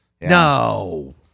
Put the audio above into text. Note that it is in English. no